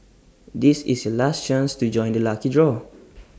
this is your last chance to join the lucky draw